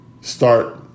start